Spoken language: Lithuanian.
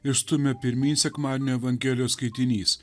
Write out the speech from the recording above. ir stumia pirmyn sekmadienio evangelijos skaitinys